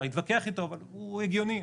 אפשר להתווכח איתו, אבל הוא הגיוני.